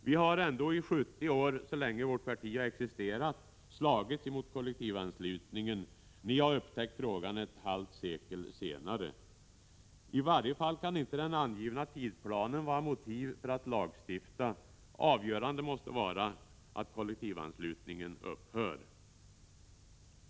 Vi har ändå i 70 år, så länge vårt parti har existerat, slagits mot kollektivanslutningen — de borgerliga har upptäckt frågan först ett 19 halvt sekel senare! I varje fall kan inte den angivna tidsplanen vara motiv för att lagstifta. Avgörande måste vara att kollektivanslutningen upphör.